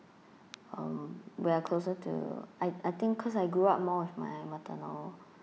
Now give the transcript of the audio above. um we are closer to I I think cause I grew up more with my maternal